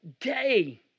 day